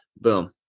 boom